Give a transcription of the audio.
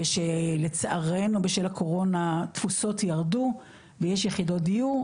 שלצערנו בשל הקורונה תפוסות ירדו ויש יחידות דיור,